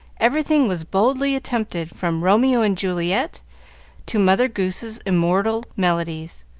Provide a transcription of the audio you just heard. everything was boldly attempted, from romeo and juliet to mother goose's immortal melodies.